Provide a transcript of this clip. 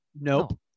Nope